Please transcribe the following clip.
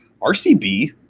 RCB